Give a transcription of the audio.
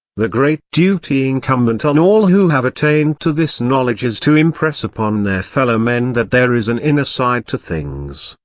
the great duty incumbent on all who have attained to this knowledge is to impress upon their fellow men that there is an inner side to things,